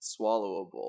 swallowable